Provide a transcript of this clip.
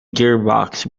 gearbox